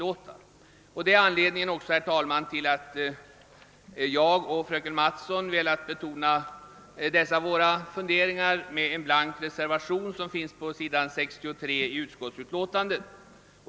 Det är också anledningen, herr talman, till att jag och fröken Mattsson velat betona dessa våra funderingar med en blank reservation, som finns på s. 63 i första lagutskottets utlåtande.